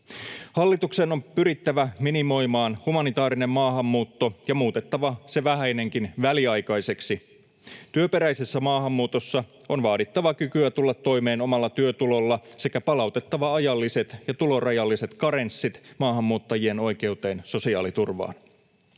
Hallituksen on pyrittävä minimoimaan humanitaarinen maahanmuutto ja muutettava se vähäinenkin väliaikaiseksi. Työperäisessä maahanmuutossa on vaadittava kykyä tulla toimeen omalla työtulolla sekä palautettava ajalliset ja tulorajalliset karenssit maahanmuuttajien oikeuteen sosiaaliturvaan.